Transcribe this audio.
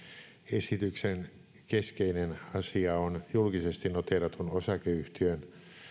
esityksen keskeinen asia on julkisesti noteeratun osakeyhtiön